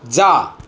जा